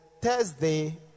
Thursday